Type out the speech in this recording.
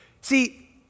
See